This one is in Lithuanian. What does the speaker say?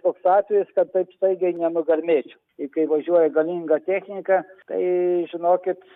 koks atvejis kad taip staigiai nenugarmėčiau i kai važiuoja galinga technika tai žinokit